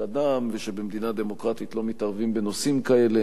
אדם ושבמדינה דמוקרטית לא מתערבים בנושאים כאלה.